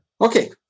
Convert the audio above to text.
Okay